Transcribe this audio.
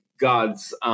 God's